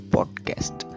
Podcast